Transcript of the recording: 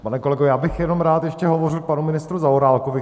Pane kolego, já bych jenom rád ještě hovořil k panu ministru Zaorálkovi.